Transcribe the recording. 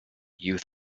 youth